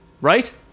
right